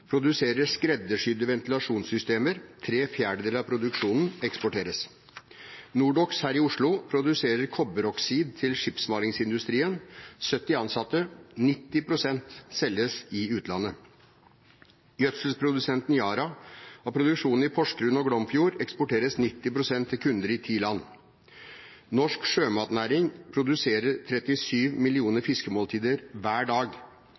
produserer skreddersydde ventilasjonssystemer. Tre fjerdedeler av produksjonen eksporteres. Nordox her i Oslo produserer kobberoksid til skipsmalingsindustrien, med 70 ansatte. 90 pst. selges i utlandet. Gjødselprodusenten Yara har produksjon i Porsgrunn og Glomfjord og eksporterer 90 pst. til kunder i ti land. Norsk sjømatnæring produserer 37 millioner fiskemåltider hver dag.